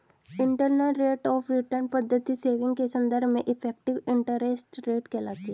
internal rate of return पद्धति saving के संदर्भ में इफेक्टिव इंटरेस्ट रेट कहलाती है